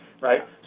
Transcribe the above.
right